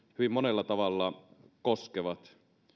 hyvin monella tavalla koskevat